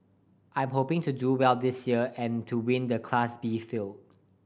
I'm hoping to do well this year and to win the Class B field